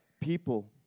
people